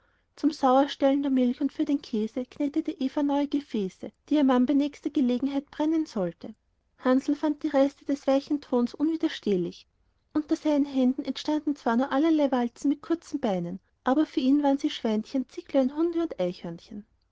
zum sauerstellen der milch und für den käse knetete eva neue gefäße die ihr mann bei nächster gelegenheit brennen sollte hansl fand die reste des weichen tons unwiderstehlich unter seinen händen entstanden zwar nur allerlei walzen auf kurzen beinen für ihn aber waren sie schweinchen zicklein hunde und